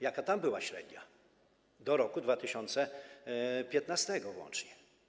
Jaka tam była średnia do roku 2015 włącznie?